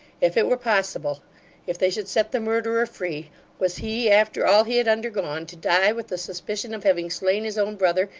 if it were possible if they should set the murderer free was he, after all he had undergone, to die with the suspicion of having slain his own brother,